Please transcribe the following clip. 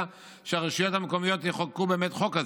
שהרשויות המקומיות יחוקקו באמת חוק כזה.